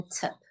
tip